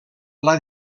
pla